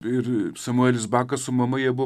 ir samuelis bakas su mama jie buvo